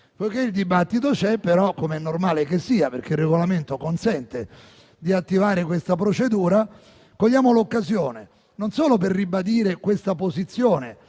però, il dibattito c'è, com'è normale che sia, perché il Regolamento consente di attivare questa procedura, cogliamo l'occasione non solo per ribadire tale posizione,